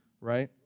right